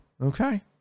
Okay